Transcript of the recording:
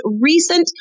recent